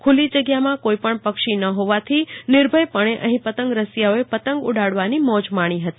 ખુલ્લી જગ્યામાં કોઇ પણ પક્ષી ન હોવાથી નિર્ભયપશ્ને અહીં પતંગ રસીયાઓએ પતંગ ઉડાડવાની મોજ માશ્ની હતી